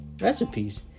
recipes